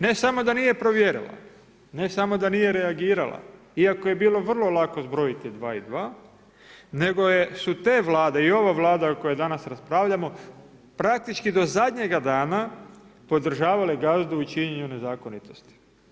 Ne samo da nije provjerila, ne samo da nije reagirala, iako je bilo vrlo lako zbrojiti 2 i 2, nego su te vlade i ova Vlada o kojoj danas raspravljamo, praktički do zadnjega dana podržavale gazdu u činjenju nezakonitosti.